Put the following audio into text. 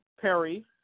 Perry